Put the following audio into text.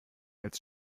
als